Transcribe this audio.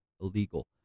illegal